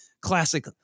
classic